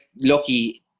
lucky